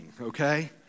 okay